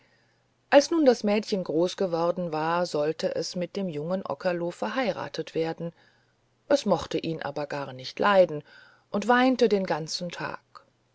als nun das mädchen groß geworden war sollte es mit dem jungen okerlo verheirathet werden es mochte ihn aber gar nicht leiden und weinte den ganzen tag